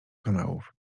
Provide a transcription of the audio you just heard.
kanałów